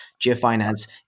GeoFinance